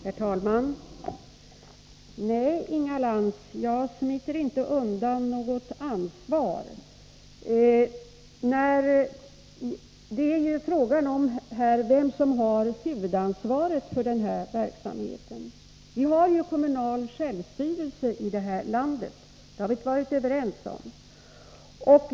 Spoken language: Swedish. Herr talman! Nej, Inga Lantz, jag smiter inte undan något ansvar. Det är ju fråga om vem som har huvudansvaret för den här verksamheten. Vi har kommunal självstyrelse i detta land. Den har vi varit överens om.